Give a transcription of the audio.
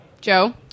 Joe